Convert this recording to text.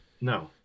No